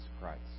Christ